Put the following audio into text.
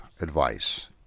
advice